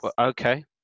okay